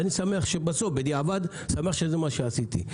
אני שמח בדיעבד שכך עשיתי.